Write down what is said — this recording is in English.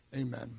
Amen